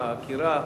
בעקירה,